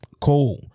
cool